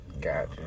gotcha